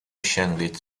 شِنقیط